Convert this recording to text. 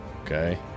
Okay